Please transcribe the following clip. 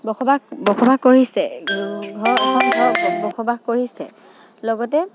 বসবাস বসবাস কৰিছে ঘৰৰ বসবাস কৰিছে লগতে